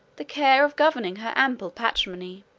the care of governing her ample patrimony.